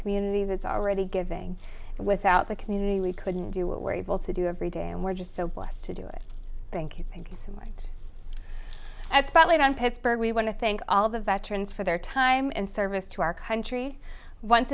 community that's already giving and without the community we couldn't do what we're able to do every day and we're just so blessed to do it thank you thank you so much as a spotlight on pittsburgh we want to thank all the veterans for their time in service to our country once